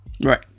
Right